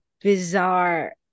bizarre